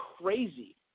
crazy